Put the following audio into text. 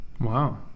Wow